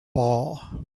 ball